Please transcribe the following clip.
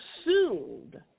assumed